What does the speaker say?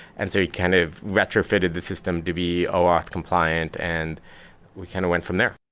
and so he kind of retrofitted the system to be oauth compliant and we kind of went from there.